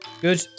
Good